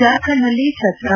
ಜಾರ್ಖಂಡ್ನಲ್ಲಿ ಭತ್ರಾ